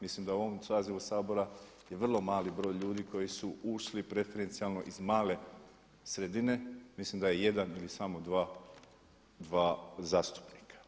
Mislim da u ovom sazivu Sabora je vrlo mali broj ljudi koji su ušli preferencijalno iz male sredine, mislim da je jedan ili samo dva zastupnika.